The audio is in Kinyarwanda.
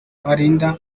arinda